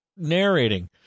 narrating